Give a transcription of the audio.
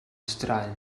straen